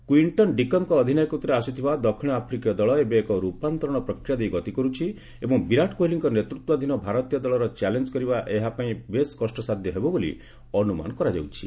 କ୍ପିଷ୍ଟନ୍ ଡିକକ୍ଙ୍କ ଅଧିନାୟକତ୍ୱରେ ଆସିଥିବା ଦକ୍ଷିଣ ଆଫ୍ରିକୀୟ ଦଳ ଏବେ ଏକ ରୂପାନ୍ତରଣ ପ୍ରକ୍ରିୟା ଦେଇ ଗତି କରୁଛି ଏବଂ ବିରାଟ କୋହଲିଙ୍କ ନେତୃତ୍ୱାଧୀନ ଭାରତୀୟ ଦଳର ଚ୍ୟାଲେଞ୍ଜ କରିବା ଏହା ପାଇଁ ବେଶ୍ କଷ୍ଟସାଧ୍ୟ ହେବ ବୋଲି ଅନୁମାନ କରାଯାଉଛି